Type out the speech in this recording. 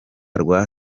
rwa